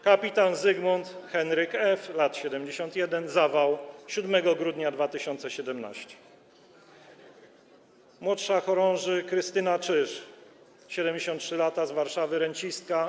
Kpt. Zygmunt Henryk F., lat 71, zawał 7 grudnia 2017 r. Mł. chor. Krystyna Czyż, 73 lata, z Warszawy, rencistka,